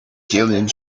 killing